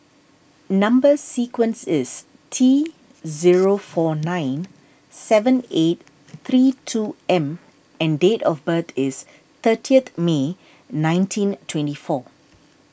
Number Sequence is T zero four nine seven eight three two M and date of birth is thirtieth May nineteen twenty four